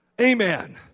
Amen